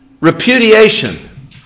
Repudiation